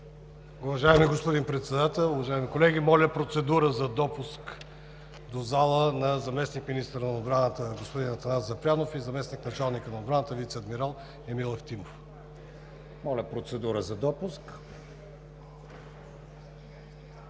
Уважаеми господин Председател, уважаеми колеги! Моля процедура за допуск в залата на заместник-министъра на отбраната господин Атанас Запрянов и заместник-началника на отбраната вицеадмирал Емил Евтимов. ПРЕДСЕДАТЕЛ КРИСТИАН